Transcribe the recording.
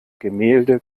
gemälde